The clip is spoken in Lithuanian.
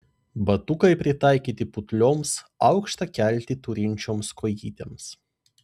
batukai pritaikyti putlioms aukštą keltį turinčioms kojytėms